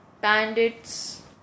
bandits